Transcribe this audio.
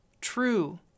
true